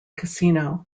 casino